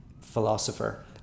philosopher